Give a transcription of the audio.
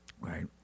Right